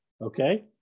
Okay